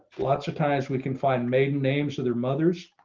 lots of times, we can find maiden names of their mothers,